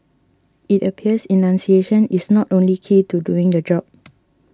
it appears enunciation is not only key to doing the job